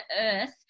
earth